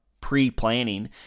pre-planning